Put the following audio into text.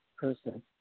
person